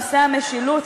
נושא המשילות,